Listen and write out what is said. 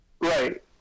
right